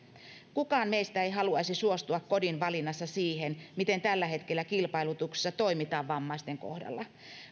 kukaan meistä ei haluaisi suostua kodin valinnassa siihen miten tällä hetkellä kilpailutuksissa toimitaan vammaisten kohdalla